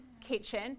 kitchen